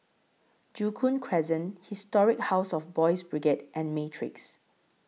Joo Koon Crescent Historic House of Boys' Brigade and Matrix